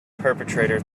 perpetrator